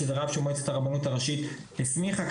שזה רב שמועצת הרבנות הראשית הסמיכה,